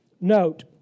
Note